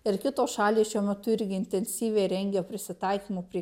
ir kitos šalys šiuo metu irgi intensyviai rengia prisitaikymų prie